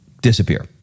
disappear